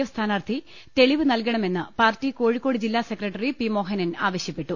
F സ്ഥാനാർത്ഥി തെളിവ് നൽക ണമെന്ന് പാർട്ടി കോഴിക്കോട് ജില്ലാസെക്രട്ടറി പി മോഹനൻ ആവ ശ്യപ്പെട്ടു